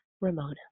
Ramona